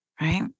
right